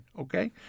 okay